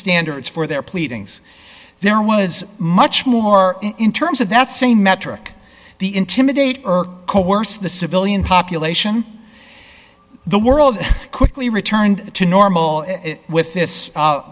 standards for their pleadings there was much more in terms of that same metric the intimidate or coerce the civilian population the world quickly returned to normal with this